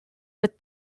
but